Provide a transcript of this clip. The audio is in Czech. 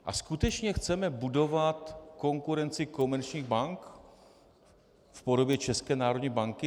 A skutečně chceme budovat konkurenci komerčních bank v podobě České národní banky?